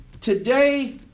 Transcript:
Today